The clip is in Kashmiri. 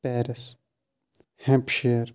Paris Hampshire